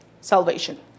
salvation